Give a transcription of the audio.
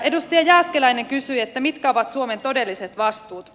edustaja jääskeläinen kysyi mitkä ovat suomen todelliset vastuut